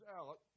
out